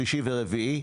שלישי ורביעי.